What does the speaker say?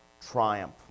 triumph